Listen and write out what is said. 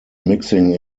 mixing